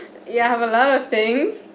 ya have a lot of things